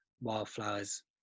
wildflowers